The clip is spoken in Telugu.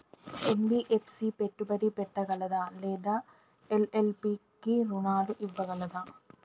ఎన్.బి.ఎఫ్.సి పెట్టుబడి పెట్టగలదా లేదా ఎల్.ఎల్.పి కి రుణాలు ఇవ్వగలదా?